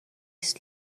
است